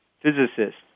physicist